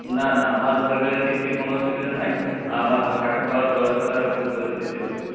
না না আমার পরিবারের দিক থেকে কোনো অসুবিধা নেই আমার থাকা খাওয়ার ব্যবস্থাটা একটু করে দিতে হবে